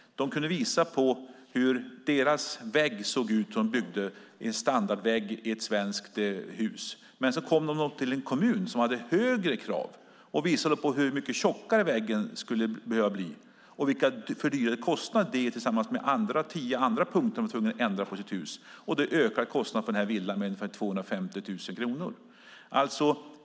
De kunde visa på hur den vägg såg ut som de byggde, en standardvägg i ett svenskt hus. Så kom byggarna till en kommun som hade högre krav. De visade hur mycket tjockare väggen skulle behöva bli och vilka fördyrade kostnader det ger tillsammans med andra tio punkter som de var tvungna att ändra på i ett hus. Det ökade kostnaderna på en villa med ungefär 250 000 kronor.